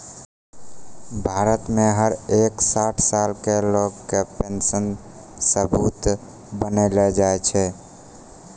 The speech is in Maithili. भारत मे हर एक साठ साल के लोग के पेन्शन सबूत बनैलो जाय छै